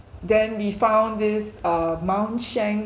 then we found this uh mount schank